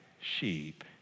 sheep